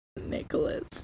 Nicholas